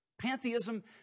Pantheism